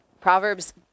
Proverbs